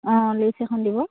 অঁ লিষ্ট এখন দিব